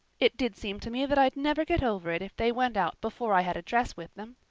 it did seem to me that i'd never get over it if they went out before i had a dress with them.